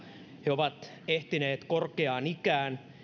he ovat ehtineet korkeaan ikään